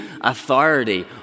authority